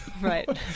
Right